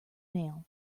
nail